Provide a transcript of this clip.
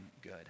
good